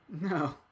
No